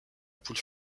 poule